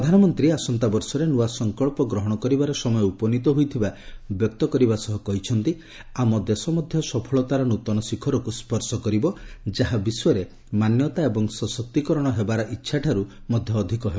ପ୍ରଧାନମନ୍ତ୍ରୀ ଆସନ୍ତାବର୍ଷରେ ନୂଆ ସଂକଳ୍ପ ଗ୍ରହଣ କରିବାର ସମୟ ଉପନୀତ ହୋଇଥିବା ବ୍ୟକ୍ତ କରିବା ସହ କହିଛନ୍ତି ଆମ ଦେଶ ମଧ୍ୟ ସଫଳତାର ନୃତନ ଶିଖରକୁ ସ୍ୱର୍ଶ କରିବ ଯାହା ବିଶ୍ୱରେ ମାନ୍ୟତା ଏବଂ ସଶକ୍ତିକରଣ ହେବାର ଇଚ୍ଛାଠାରୁ ମଧ୍ୟ ଅଧିକ ହେବ